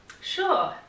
Sure